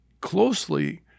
closely